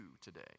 today